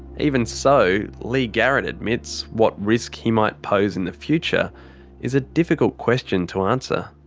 even so, leigh garrett admits what risk he might pose in the future is a difficult question to answer.